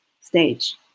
stage